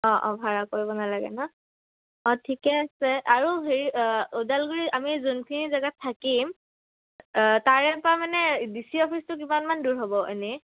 অঁ অঁ ভাড়া কৰিব নালাগে ন অঁ ঠিকে আছে আৰু হেৰি ওদালগুৰি আমি যোনখিনি জেগাত থাকিম তাৰেপা মানে ডি চি অফিচটো কিমান দূৰ হ'ব এনেই